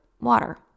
water